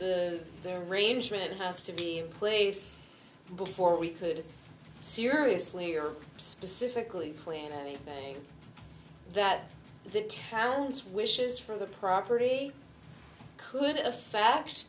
their arrangement has to be place before we could seriously or specifically plan anything that the talents wishes for the property could affect